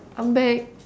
I'm back